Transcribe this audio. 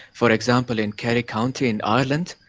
for example in kerry county in ireland,